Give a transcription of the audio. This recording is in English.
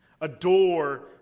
Adore